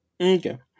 Okay